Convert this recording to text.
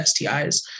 STIs